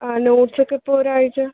ആ നോട്സ് ഒക്കെ ഇപ്പോൾ ഒരാഴ്ച